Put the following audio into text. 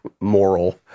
moral